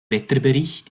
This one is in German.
wetterbericht